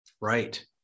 Right